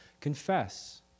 Confess